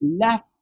left